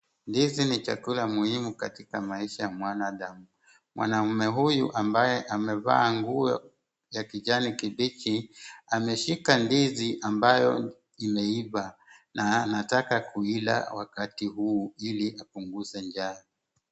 Ndizi ni chakula muhimu katika maisha ya mwanadamu. Mwanamume huyu ambaye amevaa nguo ya kijani kibichi, ameshika ndizi ambayo imeiva na anataka kuila wakati huu ili apunguze njaa.